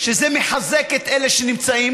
שזה מחזק את אלה שנמצאים.